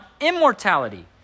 immortality